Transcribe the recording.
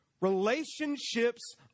Relationships